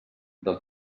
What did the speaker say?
del